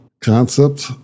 concept